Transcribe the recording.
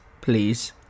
please